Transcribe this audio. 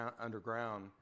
underground